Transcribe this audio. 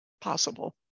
possible